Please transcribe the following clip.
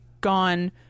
gone